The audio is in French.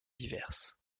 diverses